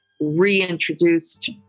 reintroduced